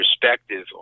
perspective